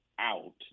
out